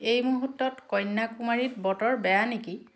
এই মুহূৰ্তত কণ্যাকুমাৰীত বতৰ বেয়া নেকি